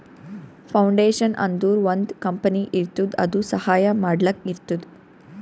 foundation ಅಂದುರ್ ಒಂದ್ company ಇರ್ತುದ್ ಅದು ಸಹಾಯ ಮಾಡ್ಲಕ್ ಇರ್ತುದ್